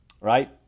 Right